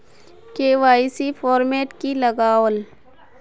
KYC format की लगावल?